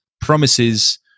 promises